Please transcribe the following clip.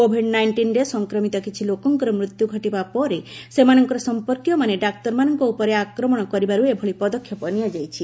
Covid ନାଇଷ୍ଟିନରେ ସଂକ୍ରମିତ କିଛି ଲୋକଙ୍କର ମୃତ୍ୟୁ ଘଟିବା ପରେ ସେମାନଙ୍କର ସଂପର୍କୀୟମାନେ ଡାକ୍ତରମାନଙ୍କ ଉପରେ ଆକ୍ରମଣ କରିବାରୁ ଏଭଳି ପଦକ୍ଷେପ ନିଆଯାଇଛି